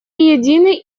едины